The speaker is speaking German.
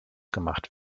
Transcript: gemacht